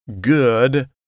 good